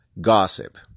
gossip